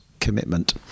commitment